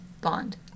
bond